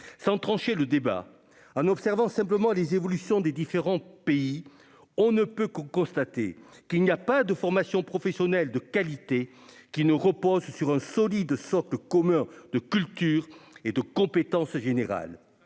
trancher ce débat, en observant simplement les évolutions des différents pays, on constate que les formations professionnelles de qualité reposent sur un solide socle commun de culture et de compétence générales.